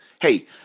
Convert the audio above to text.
Hey